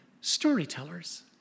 storytellers